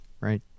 right